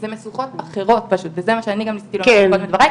זה משוכות אחרות פשוט וזה גם מה שאמרתי בתחילת דבריי,